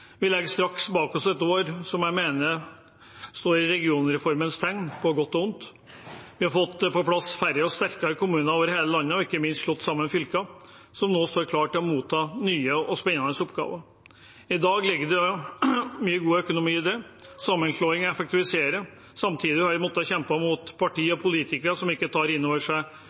Vi legger straks bak oss et år som jeg mener står i regionreformens tegn på godt og vondt. Vi har fått på plass færre og sterkere kommuner over hele landet og ikke minst slått sammen fylker, som nå står klar til å motta nye og spennende oppgaver. I dag ligger det mye god økonomi i det. Sammenslåing er å effektivisere. Samtidig har vi måttet kjempe mot partier og politikere som ikke tar innover seg